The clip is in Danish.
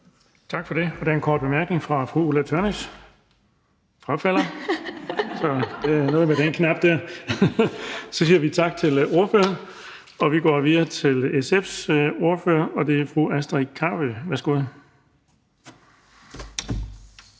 Tak for det. Der er en kort bemærkning fra fru Ulla Tørnæs. Nej, hun frafalder – der er noget galt med den knap der. Så siger vi tak til ordføreren. Vi går videre til SF's ordfører, og det er fru Astrid Carøe. Værsgo.